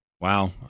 Wow